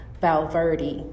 Valverde